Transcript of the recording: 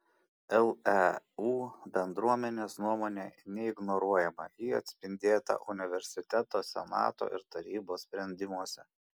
leu bendruomenės nuomonė neignoruojama ji atspindėta universiteto senato ir tarybos sprendimuose